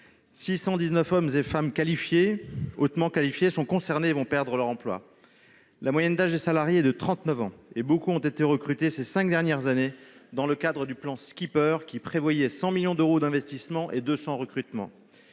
hommes et femmes hautement qualifiés sont concernés et vont perdre leur emploi. La moyenne d'âge des salariés est de trente-neuf ans, et beaucoup ont été recrutés ces cinq dernières années dans le cadre du plan Skipper, qui prévoyait 100 millions d'euros d'investissement et 200 recrutements.